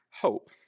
hope